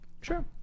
Sure